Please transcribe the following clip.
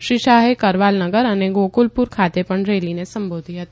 શ્રી શાહે કરવાલ નગર અને ગોકુલપુર ખાતે પણ રેલીને સંબોધી હતી